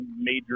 major